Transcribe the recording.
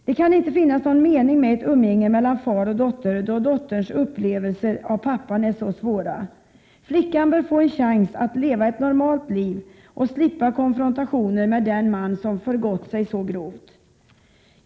Det kan inte finnas någon mening med ett umgänge mellan far och dotter då dotterns upplevelser av pappan är så svåra. Flickan bör få en chans att leva ett normalt liv och slippa konfrontationer med den man som förgått sig så grovt.